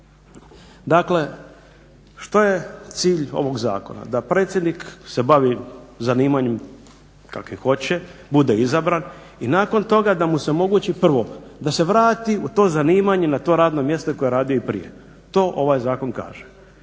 Dakle, što je cilj ovog zakona? Da predsjednik se bavi zanimanjem kakvim hoće, bude izabran i nakon toga da mu se omogući prvo da se vrati u to zanimanje na to radno mjesto koje je radio i prije. To ovaj zakon kaže.